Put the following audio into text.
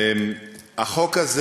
החוק הזה